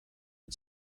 and